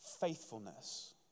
faithfulness